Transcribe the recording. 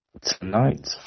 Tonight